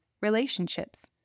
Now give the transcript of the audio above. relationships